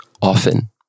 often